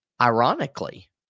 Ironically